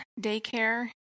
daycare